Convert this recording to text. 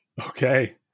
okay